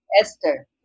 Esther